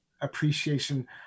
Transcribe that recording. appreciation